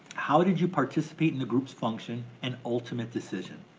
how did you participate in the group's function and ultimate decision?